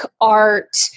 art